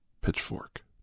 pitchfork